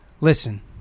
listen